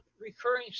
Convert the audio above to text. recurring